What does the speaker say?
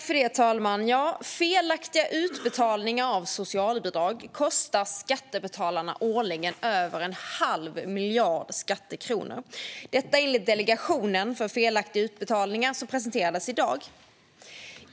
Fru talman! Felaktiga utbetalningar av socialbidrag kostar årligen skattebetalarna över en halv miljard skattekronor, enligt Delegationen för korrekta utbetalningar, som presenterade sitt betänkande i dag.